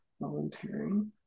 Volunteering